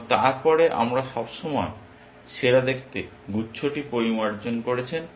এবং তারপর আমরা সবসময় সেরা দেখতে গুচ্ছটি পরিমার্জন করেছেন